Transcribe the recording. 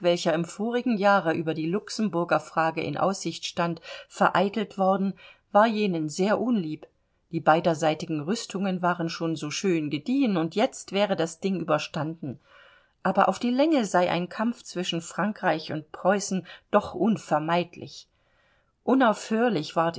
im vorigen jahre über die luxemburger frage in aussicht stand vereitelt worden war jenen sehr unlieb die beiderseitigen rüstungen waren schon so schön gediehen und jetzt wäre das ding überstanden aber auf die länge sei ein kampf zwischen frankreich und preußen doch unvermeidlich unaufhörlich ward